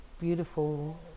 beautiful